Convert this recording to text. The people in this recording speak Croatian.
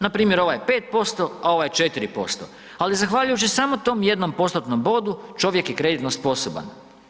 Npr. ovaj je 5%, a ovaj je 4%, ali zahvaljujući samo tom jednom postotnom bodu, čovjek je kreditno sposoban.